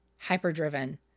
hyper-driven